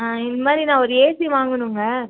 ஆ இந்த மாதிரி நான் ஒரு ஏசி வாங்கனுங்க